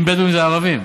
אם בדואים זה ערבים.